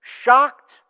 shocked